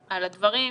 על הדברים,